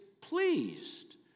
pleased